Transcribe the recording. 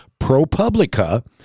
ProPublica